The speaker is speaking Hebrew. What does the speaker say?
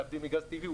להבדיל מגז טבעי,